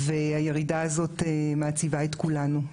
הירידה הזאת מעציבה את כולנו,